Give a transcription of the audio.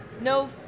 no